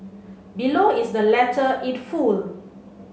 below is the letter it full